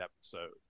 episode